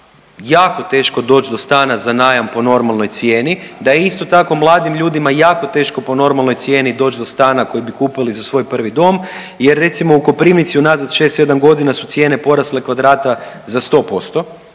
jako teško doći do stana za najam po normalnoj cijeni, da je isto tako mladim ljudima jako teško po normalnoj cijeni doći do stana koji bi kupili za svoj prvi dom. Jer recimo u Koprivnici unazad šest, sedam godina su cijene porasle kvadrata za 100%,